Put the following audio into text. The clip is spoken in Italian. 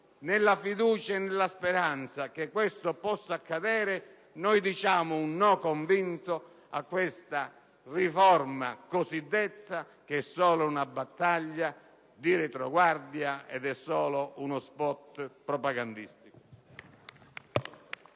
Nella fiducia e nella speranza che questo possa accadere, noi diciamo un no convinto a questa cosiddetta riforma che è solo una battaglia di retroguardia ed è solo uno *spot* propagandistico.